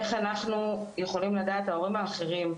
איך אנחנו יכולים לדעת, ההורים האחרים,